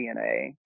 DNA